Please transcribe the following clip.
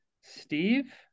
Steve